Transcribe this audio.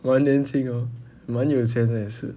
蛮年轻 hor 蛮有钱也是